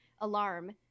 alarm